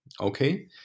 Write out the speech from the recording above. okay